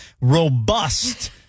robust